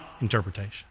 interpretation